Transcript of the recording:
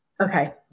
Okay